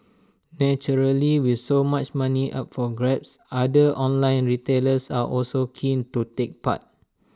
naturally with so much money up for grabs other online retailers are also keen to take part